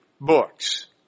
books